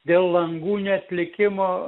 dėl langų neatlikimo